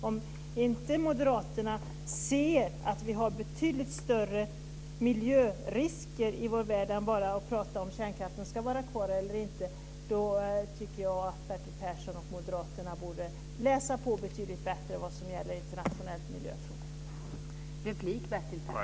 Om moderaterna inte ser att vi har betydligt större miljörisker i vår värld utan bara pratar om ifall kärnkraften ska vara kvar eller inte, tycker jag att Bertil Persson och moderaterna borde läsa på betydligt bättre om internationella miljöfrågor.